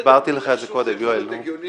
הסברתי לך את זה קודם, יואל.